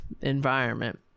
environment